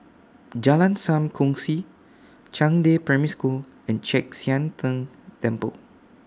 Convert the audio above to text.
Jalan SAM Kongsi Zhangde Primary School and Chek Sian Tng Temple